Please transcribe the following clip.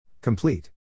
Complete